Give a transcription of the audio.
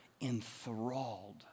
enthralled